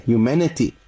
Humanity